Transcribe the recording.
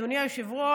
אדוני היושב-ראש,